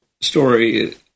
story